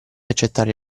accettare